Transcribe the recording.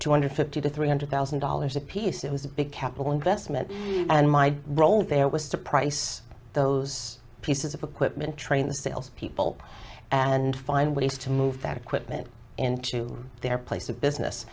two hundred fifty to three hundred thousand dollars apiece it was a big capital investment and my role there was to price those pieces of equipment train the sales people and find ways to move that equipment into their place of business